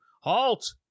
Halt